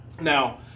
Now